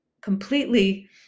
completely